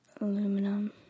Aluminum